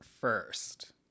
first